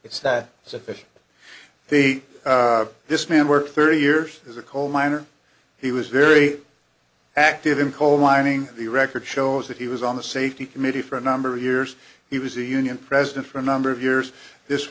sufficient the this man worked thirty years as a coal miner he was very active in coal mining the record shows that he was on the safety committee for a number of years he was a union president for a number of years this